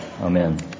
Amen